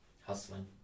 hustling